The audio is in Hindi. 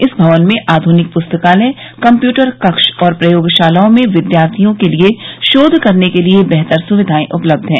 इस भवन में आधुनिक पुस्तकालय कंप्पूटर कक्ष और प्रयोगशालाओं में विद्यार्थियों के लिए शोध करने के लिए बेहतर सुविधाएं उपलब्ध हैं